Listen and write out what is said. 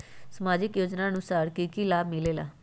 समाजिक योजनानुसार कि कि सब लाब मिलीला?